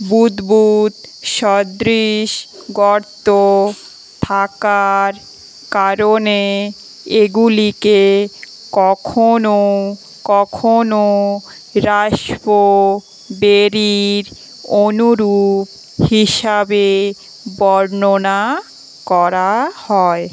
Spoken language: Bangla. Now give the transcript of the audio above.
বুদবুদ সদৃশ গর্ত থাকার কারণে এগুলিকে কখনও কখনও রাস্পোবেরির অনুরূপ হিসাবে বর্ণনা করা হয়